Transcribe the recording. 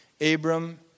Abram